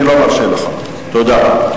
אני לא מאשר לך, תודה.